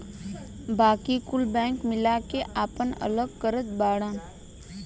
बाकी कुल बैंक मिला के आपन अलग करत बाड़न